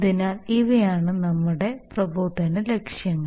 അതിനാൽ ഇവയാണ് നമ്മളുടെ പ്രബോധന ലക്ഷ്യങ്ങൾ